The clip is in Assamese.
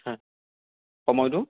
হয় সময়টো